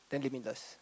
then limitless